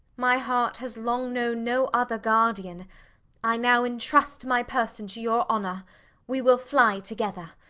my heart has long known no other guardian i now entrust my person to your honour we will fly together.